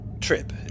trip